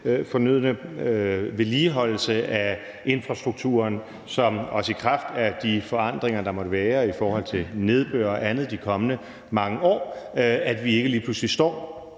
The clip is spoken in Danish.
fornødne vedligeholdelse af infrastrukturen, også så vi ikke i kraft af de forandringer, der måtte være i forhold til nedbør og andet de kommende mange år, lige pludselig står